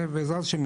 ובעזרת השם,